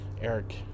Eric